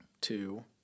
two